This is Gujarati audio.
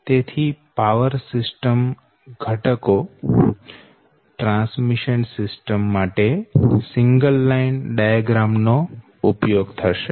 તેથી પાવર સિસ્ટમ ઘટકો ટ્રાન્સમીશન સિસ્ટમ માટે સિંગલ લાઈન ડાયાગ્રામ નો ઉપયોગ થશે